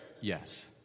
yes